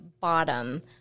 bottom